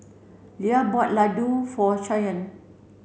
Leah bought Laddu for Shyann